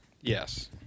Yes